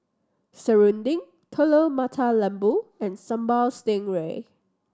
serunding Telur Mata Lembu and Sambal Stingray